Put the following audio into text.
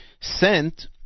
sent